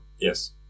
yes